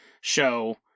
show